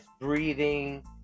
breathing